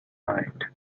night